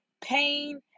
pain